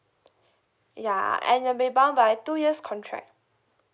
ya and you'll be bound by two years contract